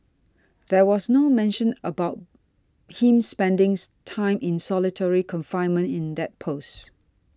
there was no mention made about him spending time in solitary confinement in that post